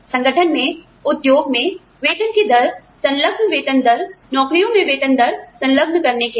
संगठन में उद्योग में वेतन की दर संलग्न वेतन दर नौकरियों में वेतन दर संलग्न करने के लिए